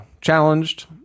challenged